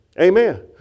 Amen